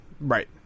Right